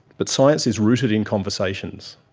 but science is rooted in conversations.